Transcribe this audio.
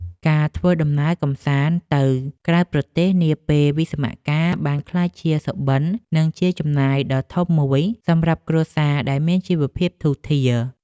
ការធ្វើដំណើរកម្សាន្តទៅក្រៅប្រទេសនាពេលវិស្សមកាលបានក្លាយជាសុបិន និងជាចំណាយដ៏ធំមួយសម្រាប់គ្រួសារដែលមានជីវភាពធូរធារ។